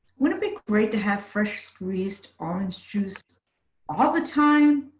would it be great to have fresh squeezed orange juice all the time,